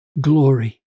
glory